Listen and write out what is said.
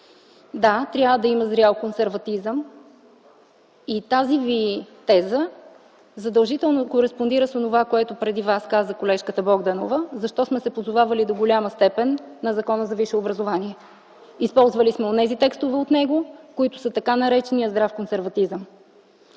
Да, трябва да има зрял консерватизъм и тази Ви теза задължително кореспондира с онова, което преди Вас каза колежката Богданова – защо сме се позовавали до голяма степен на Закона за висшето образование. Използвали сме онези текстове от него, които са така наречени здрав консерватизъм.